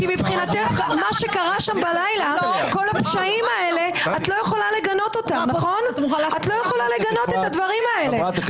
כי מבחינתך כל הפשעים שקרו בלילה את לא יכול לגנות את הדברים האלה.